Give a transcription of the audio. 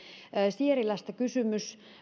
sierilästä kysymys